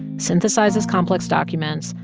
synthesizes complex documents,